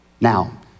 Now